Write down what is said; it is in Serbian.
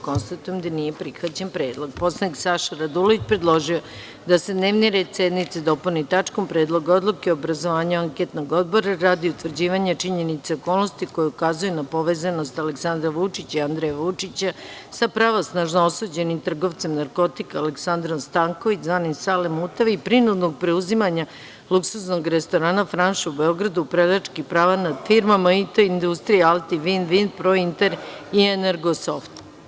Konstatujem da nije prihvaćen predlog Poslanik Saša Radulović predložio je da se dnevni red sednice dopuni tačkom – Predlog odluke o obrazovanju anketnog odbora radi utvrđivanja činjenica i okolnosti koje ukazuju na povezanost Aleksandra Vučića i Andreja Vućiča sa pravosnažno osuđenim trgovcem narkotika Aleksandrom Stankovićem, zvanim Sale Mutavi i prinudnog preuzimanja luksuznog restorana „Franš“ u Beogradu, upravljačkih prava nad firmama IT industrije „ALTI/VIN-VIN“, „Prointer“, „Energosoft“